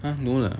!huh! no lah